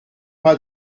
pas